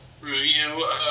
review